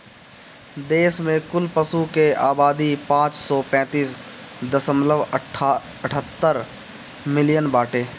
देश में कुल पशु के आबादी पाँच सौ पैंतीस दशमलव अठहत्तर मिलियन बाटे